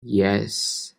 yes